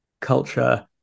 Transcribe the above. culture